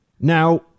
Now